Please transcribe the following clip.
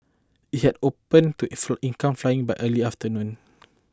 it had opened to income flying by early afternoon